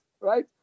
Right